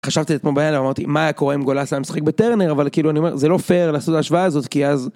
חשבתי אתמול בלילה, אמרתי מה קורה עם גולאס היה משחק בטרנר, אבל כאילו אני אומר, זה לא פייר לעשות את ההשוואה הזאת כי אז.